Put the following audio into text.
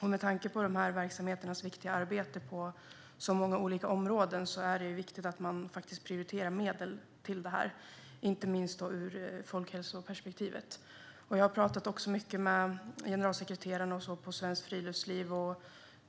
Med tanke på de här verksamheternas viktiga arbete på så många olika områden är det viktigt att man prioriterar medel till detta, inte minst ur folkhälsoperspektivet. Jag har pratat mycket med generalsekreteraren för Svenskt Friluftsliv.